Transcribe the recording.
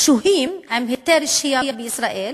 יש שוהים עם היתר שהייה בישראל,